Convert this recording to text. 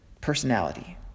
personality